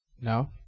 No